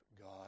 God